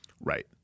Right